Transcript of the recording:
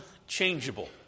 unchangeable